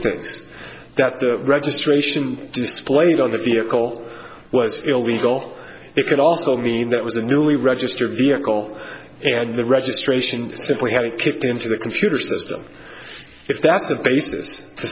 things that the registration displayed on the vehicle was illegal it could also mean that was a newly registered vehicle and the registration simply hadn't kicked into the computer system if that's a basis to